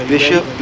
Bishop